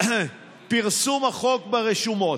מפרסום החוק ברשומות.